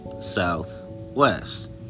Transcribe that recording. Southwest